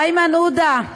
איימן עודה,